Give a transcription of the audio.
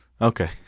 Okay